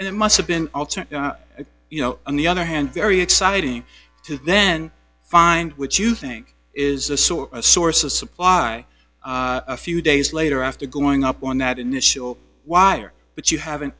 and it must have been you know on the other hand very exciting to then find which you think is a sort of source of supply a few days later after going up on that initial wire but you have an